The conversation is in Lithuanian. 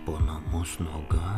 po namus nuoga